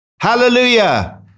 Hallelujah